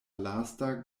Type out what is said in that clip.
lasta